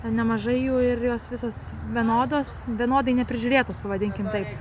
nemažai jų ir jos visos vienodos vienodai neprižiūrėtos pavadinkim taip